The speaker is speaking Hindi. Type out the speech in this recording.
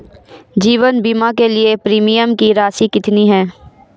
जीवन बीमा के लिए प्रीमियम की राशि कितनी है?